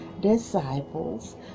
disciples